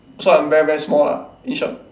so I'm very very small lah in short